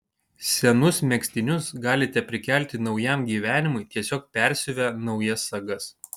senus megztinius galite prikelti naujam gyvenimui tiesiog persiuvę naujas sagas